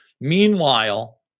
Meanwhile